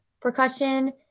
percussion